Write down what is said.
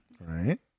Right